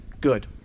good